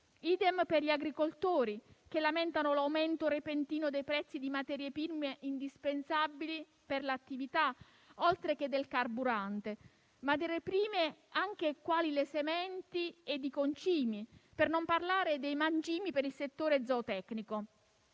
per gli agricoltori che lamentano l'aumento repentino dei prezzi di materie prime indispensabili per l'attività, oltre che del carburante. Materie prime quali sementi e concimi, per non parlare dei mangimi per il settore zootecnico.